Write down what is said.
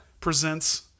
presents